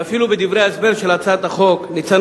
ואפילו בדברי ההסבר של הצעת החוק ניצן